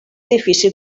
difícil